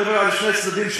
אפשר להביא כראיה בדין האזרחי,